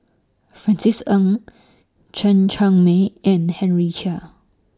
Francis Ng Chen Cheng Mei and Henry Chia